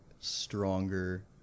stronger